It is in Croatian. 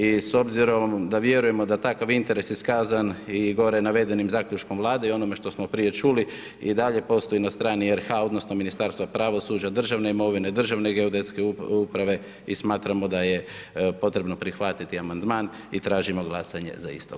I s obzirom da vjerujemo da je takav interes iskazan i gore navedenim zaključkom Vlade i onome što smo prije čuli i dalje postoji na strani RH odnosno Ministarstva pravosuđa, državne imovine, Državne geodetske uprave i smatramo da je potrebno prihvatiti amandman i tražimo glasanje za istog.